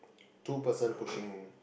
two person pushing